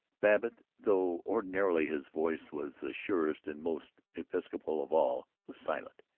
babbitt, though ordinarily his voice was the surest and most episcopal of all, was silent.